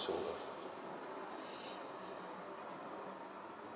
so lah